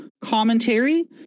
commentary